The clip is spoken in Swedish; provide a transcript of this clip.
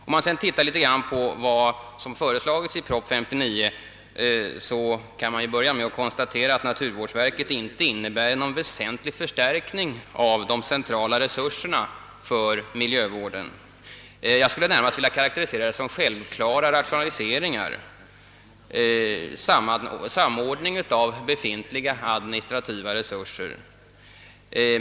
Om man ser litet grand på vad som föreslås i proposition nr 59, kan man börja med att konstatera att naturvårdsverket inte medför någon väsentlig förstärkning av de centrala resurserna för miljövården. Jag skulle närmast vilja karakterisera det som självklara rationaliseringar; samordning av befintliga administrativa resurser.